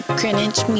Greenwich